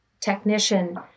technician